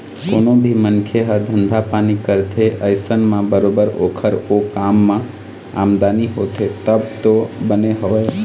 कोनो भी मनखे ह धंधा पानी करथे अइसन म बरोबर ओखर ओ काम म आमदनी होथे तब तो बने हवय